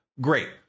Great